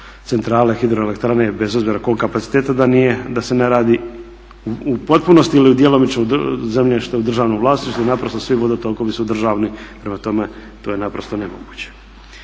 centrale, hidroelektrane bez obzira kolikog kapaciteta, da se ne radi u potpunosti ili u djelomičnom zemljištu u državnom vlasništvo. Naprosto svi vodotokovi su državni prema tome to je naprosto nemoguće.